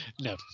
No